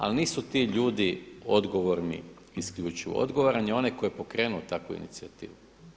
Ali nisu ti ljudi odgovorni isključivo, odgovoran je onaj tko je pokrenuo takvu inicijativu.